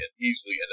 easily